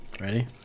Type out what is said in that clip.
Ready